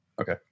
Okay